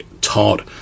Todd